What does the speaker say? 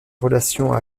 relation